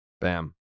bam